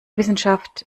wissenschaft